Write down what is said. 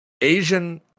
Asian